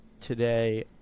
today